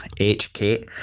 HK